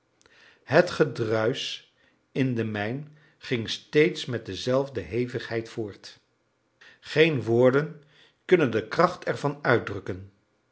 het gedruisch in de mijn ging steeds met dezelfde hevigheid voort geen woorden kunnen de kracht ervan uitdrukken